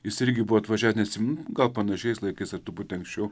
jis irgi buvo atvažiavęs neatsimenu gal panašiais laikais ar truputį anksčiau